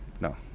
No